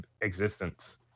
existence